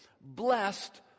blessed